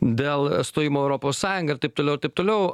dėl stojimo į europos sąjungą ir taip toliau ir taip toliau